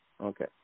Okay